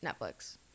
Netflix